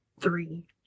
three